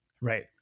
Right